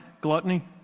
gluttony